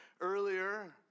earlier